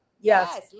Yes